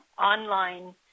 online